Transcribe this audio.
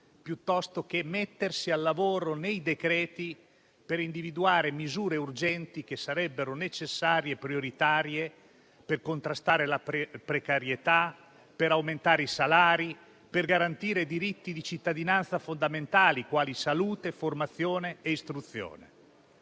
piuttosto che mettersi a lavoro per individuare misure urgenti che sarebbero necessarie e prioritarie per contrastare la precarietà, per aumentare i salari, per garantire diritti di cittadinanza fondamentali quali salute, formazione e istruzione.